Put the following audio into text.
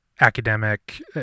academic